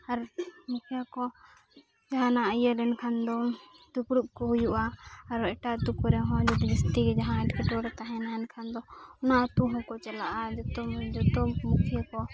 ᱟᱨ ᱢᱩᱠᱷᱤᱭᱟᱹᱠᱚ ᱡᱟᱦᱟᱱᱟᱜ ᱤᱭᱟᱹ ᱞᱮᱱᱠᱷᱟᱱ ᱫᱚ ᱫᱩᱯᱲᱩᱵᱠᱚ ᱦᱩᱭᱩᱜᱼᱟ ᱟᱨᱚ ᱮᱴᱟᱜ ᱟᱹᱛᱩ ᱠᱚᱨᱮᱦᱚᱸ ᱡᱩᱫᱤ ᱡᱟᱹᱥᱛᱤᱜᱮ ᱡᱟᱦᱟᱱ ᱮᱸᱴᱠᱮᱴᱚᱬᱮ ᱛᱟᱦᱮᱱᱟ ᱮᱱᱠᱷᱟᱱ ᱫᱚ ᱚᱱᱟ ᱟᱹᱛᱩᱦᱚᱸᱠᱚ ᱪᱟᱞᱟᱜᱼᱟ ᱡᱚᱛᱚᱠᱚᱜᱮ ᱡᱚᱛᱚ ᱢᱩᱠᱷᱤᱭᱟᱹ ᱠᱚ